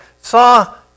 saw